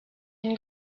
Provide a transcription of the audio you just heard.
une